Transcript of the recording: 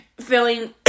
feeling